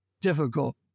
difficult